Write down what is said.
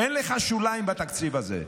אין לך שוליים בתקציב הזה.